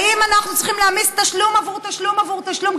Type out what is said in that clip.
האם אנחנו צריכים להעמיס תשלום על תשלום על תשלום,